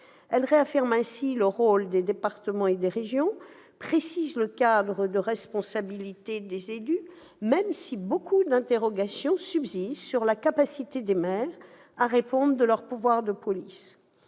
elle réaffirme le rôle des départements et des régions et précise le cadre de responsabilité des élus, même si nombre d'interrogations subsistent sur la capacité des maires à répondre de leur pouvoir de police.